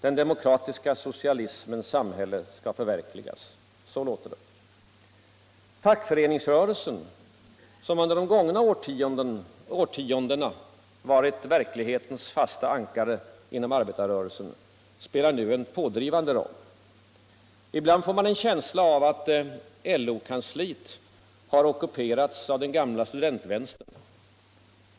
Den demokratiska socialismens samhälle skall förverkligas. Så låter det. Fackföreningsrörelsen, som under de gångna årtiondena varit verklighetens fasta ankare inom arbetarrörelsen, spelar nu en pådrivande roll. Ibland får man en känsla av att LO-kansliet ockuperats av den gamla studentvänstern.